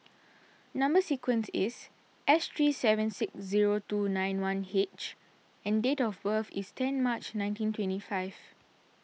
Number Sequence is S three seven six zero two nine one H and date of birth is ten March nineteen twenty five